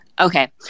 Okay